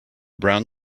brown